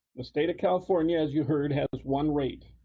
the state of california as you heard has has one rate.